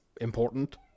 important